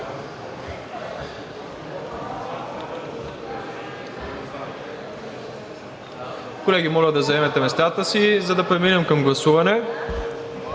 колеги, моля да заемете местата си, за да преминем към гласуване.